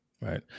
Right